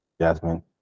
jasmine